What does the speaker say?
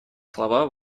слова